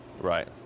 Right